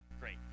Great